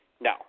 No